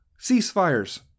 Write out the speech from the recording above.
ceasefires